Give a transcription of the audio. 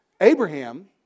Abraham